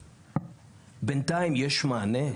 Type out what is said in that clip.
בינתיים יש מענה.